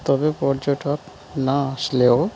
তবে পর্যটক না আসলেও